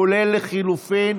כולל לחלופין.